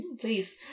please